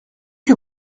que